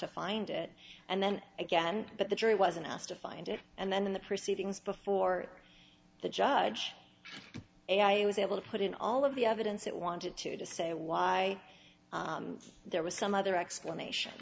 to find it and then again but the jury wasn't asked to find it and then in the proceedings before the judge and i was able to put in all of the evidence it wanted to to say why there was some other explanation